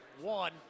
one